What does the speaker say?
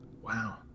Wow